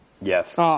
Yes